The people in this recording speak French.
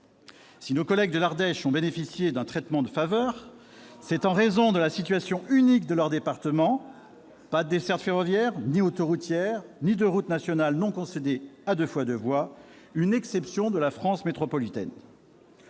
Si nos collègues de l'Ardèche ont bénéficié d'un traitement de faveur, c'est en raison de la situation unique de leur département : pas de desserte ferroviaire ou autoroutière, pas plus de route nationale non concédée à 2x2 voies ; il s'agit d'une exception en France métropolitaine.